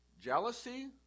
jealousy